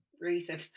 reason